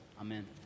Amen